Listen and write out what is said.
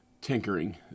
tinkering